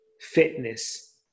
fitness